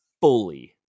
fully